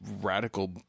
radical